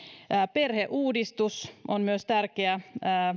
perheuudistus on myös tärkeä